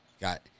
Got